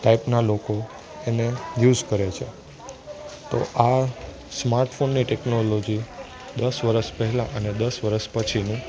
ટાઈપના લોકો એને યુસ કરે છે તો આ સ્માર્ટફોનની ટેક્નોલોજી દસ વરસ પહેલાં અને દસ વરસ પછીની